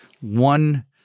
one